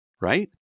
right